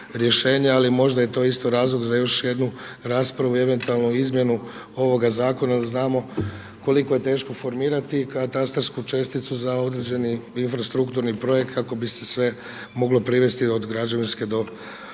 ali možda je isto razlog za još jednu raspravu i eventualnu izmjenu ovoga zakona jel znamo koliko je teško formirati katastarsku česticu za određeni infrastrukturni projekt kako bi se sve moglo privesti od građevinske do uporabne